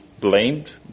blamed